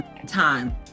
time